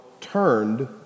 turned